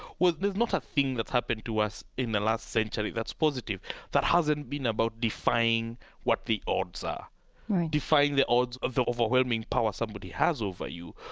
there's not a thing that's happened to us in the last century that's positive that hasn't been about defying what the odds are right defying the odds of the overwhelming power somebody has over you,